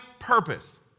purpose